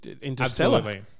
interstellar